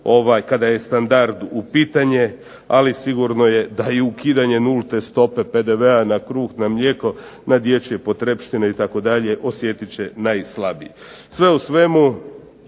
kada je standard u pitanju, ali sigurno je da i ukidanje nulte stope PDV-a na kruh, na mlijeko, na dječje potrepštine itd. osjetit će najslabiji. Sve u svemu